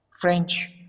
French